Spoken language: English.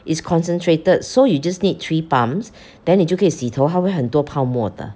it's concentrated so you just need three pumps then 你就可以洗头它会很多泡沫的